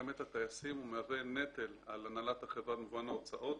את הטייסים ומהווה נטל על הנהלת החברה במובן ההוצאות.